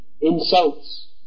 insults